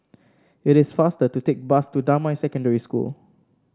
it is faster to take bus to Damai Secondary School